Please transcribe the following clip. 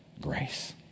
grace